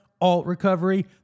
alt-recovery